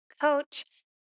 coach